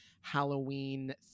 Halloween